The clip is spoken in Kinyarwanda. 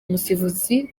umusifuzi